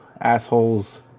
assholes